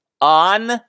on